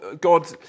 God